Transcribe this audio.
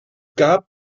gab